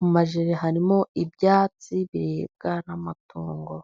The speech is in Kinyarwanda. mu majeri harimo ibyatsi biribwa n'amatungo.